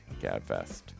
gabfest